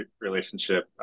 relationship